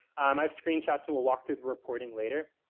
i've screenshots and we'll walk through the reporting later.